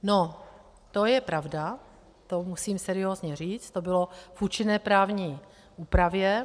No, to je pravda, to musím seriózně říct, to bylo v účinné právní úpravě.